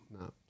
no